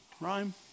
rhyme